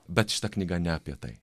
bet šita knyga ne apie tai